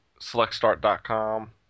SelectStart.com